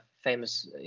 famous